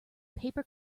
paper